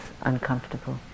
uncomfortable